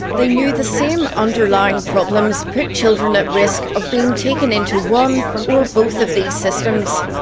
they knew the same underlying problems put children at risk of being taken into one or both of these systems.